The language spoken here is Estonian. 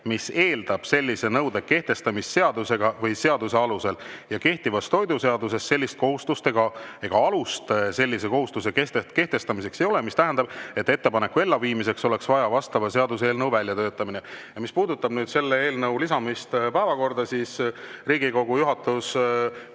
see eeldab sellise nõude kehtestamist seadusega või seaduse alusel. Kehtivas toiduseaduses sellist kohustust ega alust sellise kohustuse kehtestamiseks ei ole, mis tähendab, et ettepaneku elluviimiseks oleks vajalik vastava seaduseelnõu väljatöötamine. Mis puudutab selle eelnõu lisamist päevakorda, siis Riigikogu juhatus